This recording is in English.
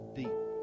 deep